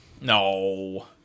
No